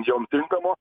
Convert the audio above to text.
jom tinkamo